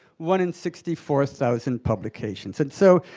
one in sixty four thousand publications. and so